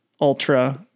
ultra